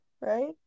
right